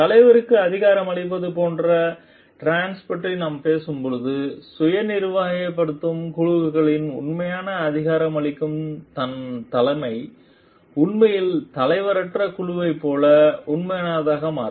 தலைமைக்கு அதிகாரமளிப்பது போன்ற டிரான்ஸ் பற்றி நாம் பேசும்போது சுய நிர்வகிக்கப்படும் குழுக்களில் உண்மையான அதிகாரமளிக்கும் தலைமை உண்மையில் தலைவரற்ற குழுவைப் போல உண்மையானதாக மாறும்